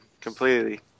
completely